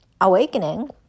awakening